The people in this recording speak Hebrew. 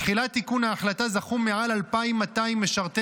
מתחילת תיקון ההחלטה זכו מעל 2,200 משרתי